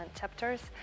chapters